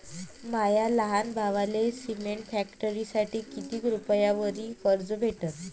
माया लहान भावाले सिमेंट फॅक्टरीसाठी कितीक रुपयावरी कर्ज भेटनं?